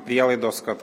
prielaidos kad